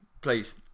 please